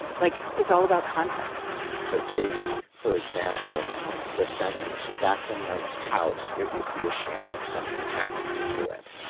like, it's all about context so take for example the sentence, that's a nice house. it would be a shame if something happened to it.